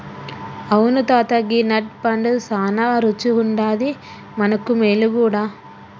అవును తాత గీ నట్ పండు సానా రుచిగుండాది మనకు మేలు గూడా